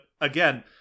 again